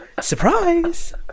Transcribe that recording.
surprise